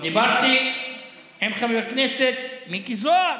דיברתי עם חבר הכנסת מיקי זוהר,